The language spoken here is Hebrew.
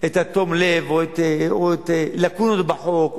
את טוב הלב או לקונות בחוק,